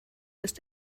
ist